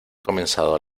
comenzado